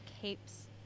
capes